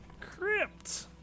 crypt